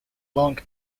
long